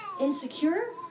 insecure